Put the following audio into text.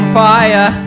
fire